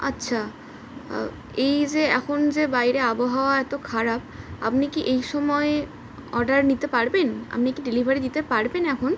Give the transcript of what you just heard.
আচ্ছা এই যে এখন যে বাইরে আবহাওয়া এতো খারাপ আপনি কি এই সময় অর্ডার নিতে পারবেন আপনি কি ডেলিভারি দিতে পারবেন এখন